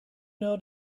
know